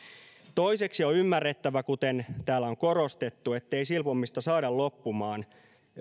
toiseksi on ymmärrettävä kuten täällä on korostettu ettei silpomista saada loppumaan